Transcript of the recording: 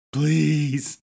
Please